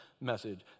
message